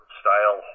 style